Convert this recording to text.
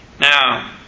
Now